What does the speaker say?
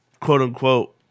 quote-unquote